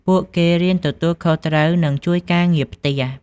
ពួកគេរៀនទទួលខុសត្រូវ និងជួយការងារផ្ទះ។